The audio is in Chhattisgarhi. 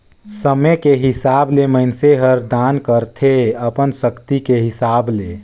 समे के हिसाब ले मइनसे हर दान करथे अपन सक्ति के हिसाब ले